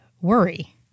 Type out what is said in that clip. worry